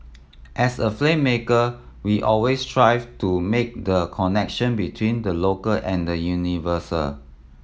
as a filmmaker we always strive to make the connection between the local and the universal